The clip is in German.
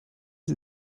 sie